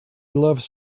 loves